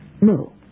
no